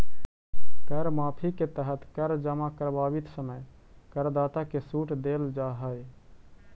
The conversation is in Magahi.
कर माफी के तहत कर जमा करवावित समय करदाता के सूट देल जाऽ हई